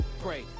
Pray